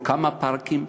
או כמה פארקים,